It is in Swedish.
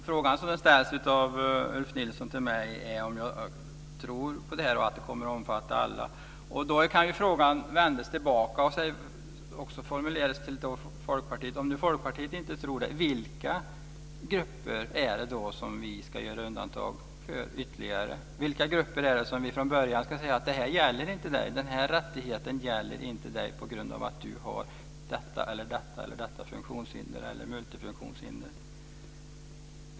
Fru talman! Ulf Nilsson frågar mig om jag tror på att detta kommer att omfatta alla. Frågan kan ju också vändas tillbaka till Folkpartiet. Om nu Folkpartiet inte tror det, vilka grupper är det då som vi ska göra undantag för ytterligare? Till vilka grupper ska vi säga från början att den här rättigheten inte gäller dem på grund av att de har ett speciellt funktionshinder eller multifunktionshinder?